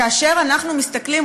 כאשר אנחנו מסתכלים,